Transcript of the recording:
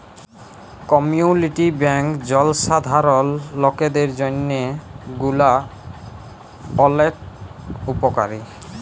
community bank জলসাধারল লকদের জন্হে গুলা ওলেক উপকারী